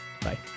Bye